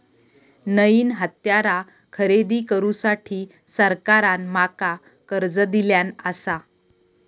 नईन हत्यारा खरेदी करुसाठी सरकारान माका कर्ज दिल्यानं आसा